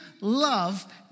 love